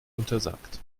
untersagt